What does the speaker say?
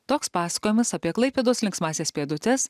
toks pasakojimas apie klaipėdos linksmąsias pėdutes